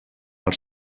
per